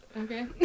Okay